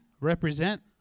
represent